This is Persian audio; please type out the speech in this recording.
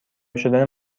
شدن